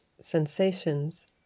sensations